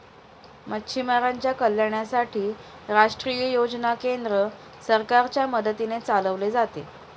मच्छीमारांच्या कल्याणासाठी राष्ट्रीय योजना केंद्र सरकारच्या मदतीने चालवले जाते